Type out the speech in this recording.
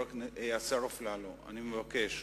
השר אפללו, אני מבקש.